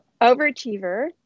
overachiever